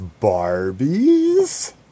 Barbies